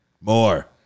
More